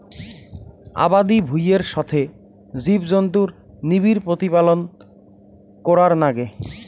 আবাদি ভুঁইয়ের সথে জীবজন্তুুর নিবিড় প্রতিপালন করার নাগে